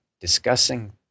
discussing